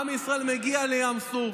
עם ישראל מגיע לים סוף,